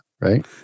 Right